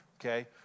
okay